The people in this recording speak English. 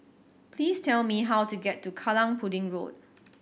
please tell me how to get to Kallang Pudding Road